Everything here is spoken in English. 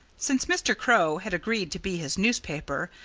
since mr. crow had agreed to be his newspaper,